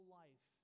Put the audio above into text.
life